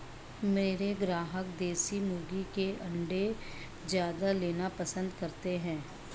मेरे ग्राहक देसी मुर्गी के अंडे ज्यादा लेना पसंद करते हैं